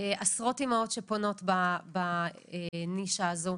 עשרות אימהות שפונות בנישה הזו.